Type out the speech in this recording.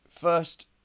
first